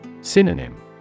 Synonym